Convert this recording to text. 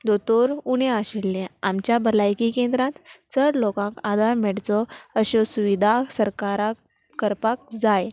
दोतोर उणें आशिल्लें आमच्या भलायकी केंद्रांत चड लोकांक आदार मेडचो अश्यो सुविधा सरकाराक करपाक जाय